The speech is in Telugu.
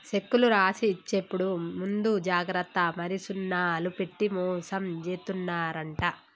సెక్కులు రాసి ఇచ్చేప్పుడు ముందు జాగ్రత్త మరి సున్నాలు పెట్టి మోసం జేత్తున్నరంట